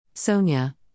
Sonia